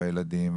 הילדים,